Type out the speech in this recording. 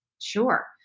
Sure